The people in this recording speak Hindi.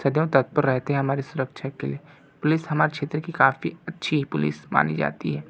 सदैव तत्पर रहते हैं हमारी सुरक्षा के लिए पुलिस हमारी क्षेत्र की काफ़ी अच्छी पुलिस मानी जाती है